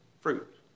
fruit